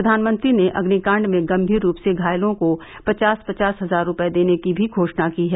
प्रधानमंत्री ने अग्निकाण्ड में गंभीर रूप से घायलों को पचास पचास हजार रुपये देने की भी घोषणा की है